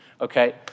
Okay